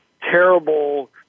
terrible